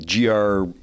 GR